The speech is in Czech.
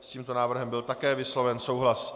S tímto návrhem byl také vysloven souhlas.